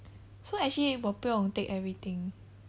so actually 我不用 take everything